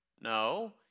No